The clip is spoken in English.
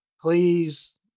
Please